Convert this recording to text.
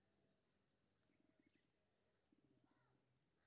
पशु पालन सँ कि सब फायदा भेटत?